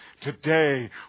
today